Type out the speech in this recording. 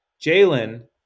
Jalen